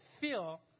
feel